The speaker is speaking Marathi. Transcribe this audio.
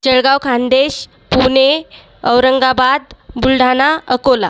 चेळगाव खानदेश पुणे औरंगाबाद बुलढाणा अकोला